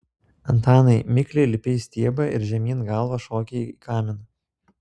antanai mikliai lipi į stiebą ir žemyn galva šoki į kaminą